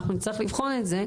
אנחנו נצטרך לבחון את זה.